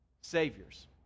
saviors